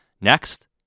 Next